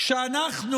שאנחנו